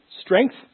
strength